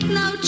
no